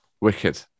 Wicked